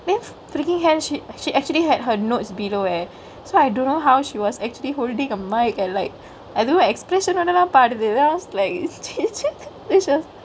then freakingk hell she she actually had her notes below leh so I don't know how she was actually holdingk a mic and like அதுவு:athuvu expression னோடலா பாடுது:nodelaa paaduthu then I was like